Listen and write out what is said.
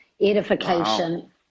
edification